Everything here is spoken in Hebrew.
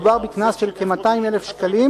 מדובר בקנס של כ-200,000 שקלים,